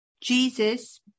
Jesus